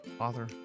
author